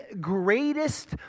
greatest